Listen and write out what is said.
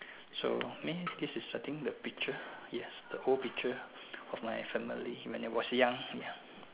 so mean this is the I think the picture yes the old picture of my family when I was young ya